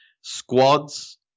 Squads